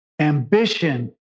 ambition